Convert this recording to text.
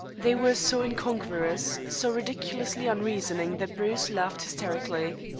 they were so incongruous, so ridiculously unreasoning, that bruce laughed hysterically.